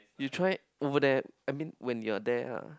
you try over there I mean when you are there lah